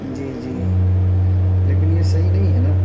جی جی لیکن یہ صحیح نہیں ہے نا